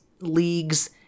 leagues